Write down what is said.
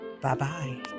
Bye-bye